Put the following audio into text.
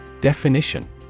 Definition